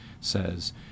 says